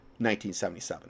1977